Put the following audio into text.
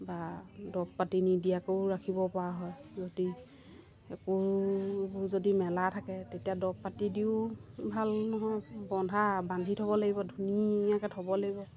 বা দৰৱ পাতি নিদিয়াকৈও ৰাখিবপৰা হয় যদি একো যদি মেলা থাকে তেতিয়া দৰৱ পাতি দিও ভাল নহয় বন্ধা বান্ধি থ'ব লাগিব ধুনীয়াকৈ থ'ব লাগিব